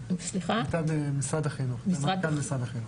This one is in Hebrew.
הייתה במשרד החינוך אצל מנכ"ל משרד החינוך.